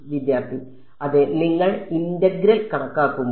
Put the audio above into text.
വിദ്യാർത്ഥി അതെ നിങ്ങൾ ഇന്റഗ്രൽ കണക്കാക്കുമ്പോൾ